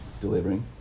delivering